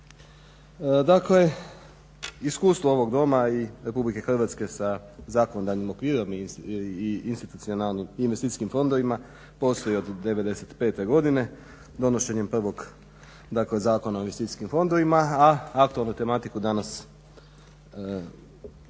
Dakle, iskustvo ovog Doma i RH sa zakonodavnim okvirom i institucionalnim investicijskim fondovima postoji od 95. godine donošenjem prvog dakle Zakona o investicijskim fondovima a aktualno je tematiku danas prati